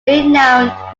renowned